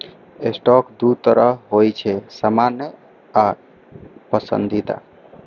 stock दू तरहक होइ छै, सामान्य आ पसंदीदा